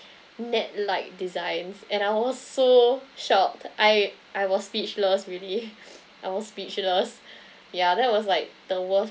net like designs and I was so shocked I I was speechless really I was speechless yeah that was like the worst